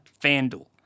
FanDuel